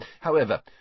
However